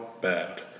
bad